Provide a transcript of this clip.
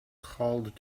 called